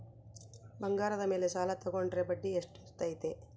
ಬಂಗಾರದ ಮೇಲೆ ಸಾಲ ತೋಗೊಂಡ್ರೆ ಬಡ್ಡಿ ಎಷ್ಟು ಇರ್ತೈತೆ?